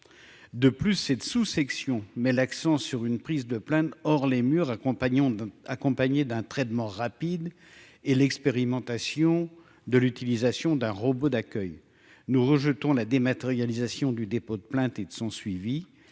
de plus cette sous-section met l'accent sur une prise de plainte hors les murs, accompagnons accompagné d'un traitement rapide et l'expérimentation de l'utilisation d'un robot d'accueil, nous rejetons la dématérialisation du dépôt de plaintes et de son suivi